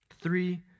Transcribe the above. Three